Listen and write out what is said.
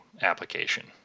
application